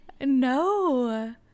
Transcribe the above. no